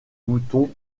boutons